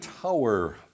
tower